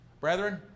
Brethren